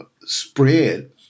spread